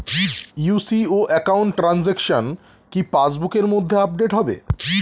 UCO account transaction কি পাস বুকের মধ্যে আপডেট হবে?